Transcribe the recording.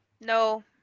no